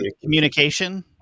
communication